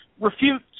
refute